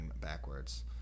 backwards